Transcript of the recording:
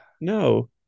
No